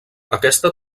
aquesta